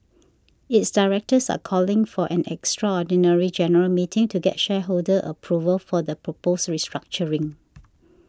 its directors are calling for an extraordinary general meeting to get shareholder approval for the proposed restructuring